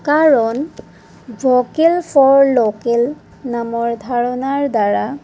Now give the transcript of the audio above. কাৰণ vocal for local নামৰ ধাৰণাৰ দ্বাৰা